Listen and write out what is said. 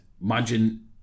Imagine